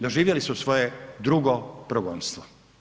Doživjeli su svoje drugo progonstvo.